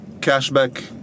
cashback